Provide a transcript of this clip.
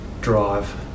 drive